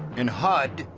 in hud,